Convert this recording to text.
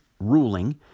ruling